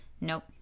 nope